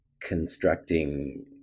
constructing